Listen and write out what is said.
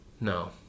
No